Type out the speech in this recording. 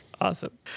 Awesome